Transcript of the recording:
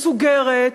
מסוגרת,